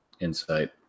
insight